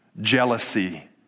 jealousy